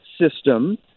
system